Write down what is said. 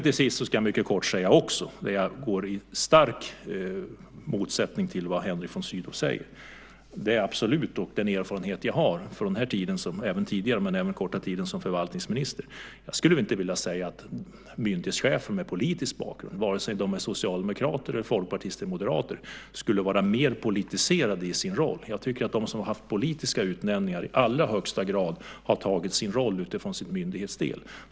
Till sist vill jag helt kort säga att jag starkt motsätter mig vad Henrik von Sydow säger. Min erfarenhet från min korta tid hittills som förvaltningsminister och även från tidigare är absolut att jag inte skulle vilja säga att myndighetschefer med politisk bakgrund, vare sig de är socialdemokrater eller de är folkpartister eller moderater, skulle vara mer politiserade i sin roll. De som haft politiska utnämningar tycker jag i allra högsta grad har tagit sin roll utifrån sin myndighetsdel, så att säga.